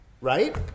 Right